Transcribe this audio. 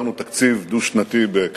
תשב ותשמע, או תצא, אבל אל